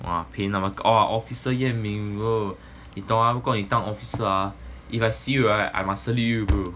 !wah! pay now orh officer yan ming bro 你懂 ah 你如果你当 officer ah if I see you right I salute you bro